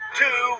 two